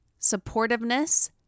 supportiveness